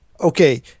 okay